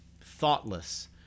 thoughtless